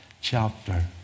chapter